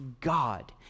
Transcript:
God